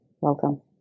Welcome